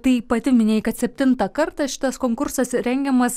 tai pati minėjai kad septintą kartą šitas konkursas rengiamas